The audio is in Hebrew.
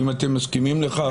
אם אתם מסכימים לכך.